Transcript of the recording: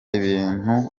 ibintu